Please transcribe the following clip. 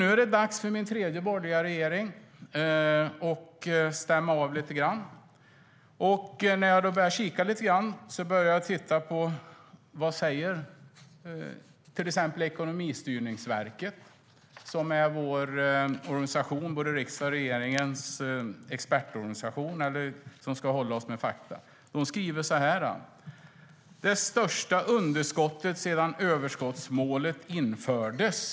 Nu är det dags för min tredje borgerliga regering och att stämma av lite grann. Jag började titta på vad Ekonomistyrningsverket säger, som är riksdagens och regeringens expertorganisation som ska hålla oss med fakta. De skriver att underskottet är "det största underskottet sedan överskottsmålet infördes".